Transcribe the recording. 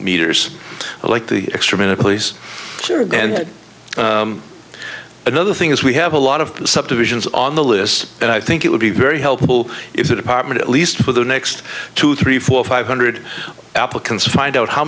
meters like the extra minute please and another thing is we have a lot of subdivisions on the list and i think it would be very helpful if the department at least for the next two three four five hundred applicants find out how